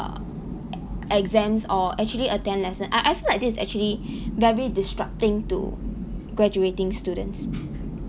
exams or actually attend lesson uh I feel like this is actually very distracting to graduating students